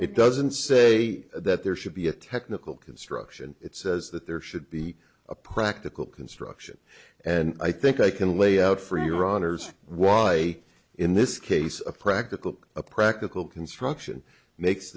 it doesn't say that there should be a technical construction it says that there should be a practical construction and i think i can lay out for your honour's why in this case a practical a practical construction makes